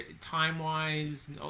time-wise